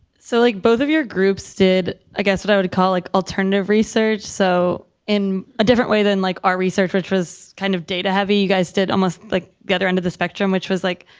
so like both of your groups did i guess what i would call like alternative research, so in a different way than like our research, which was kind of data heavy, you guys did almost like gather into the spectrum, which was like,